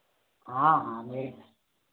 हाँ हाँ में